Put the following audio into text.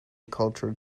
cultured